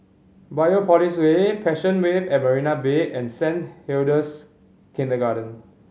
Biopolis Way Passion Wave at Marina Bay and Saint Hilda's Kindergarten